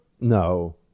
no